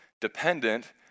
dependent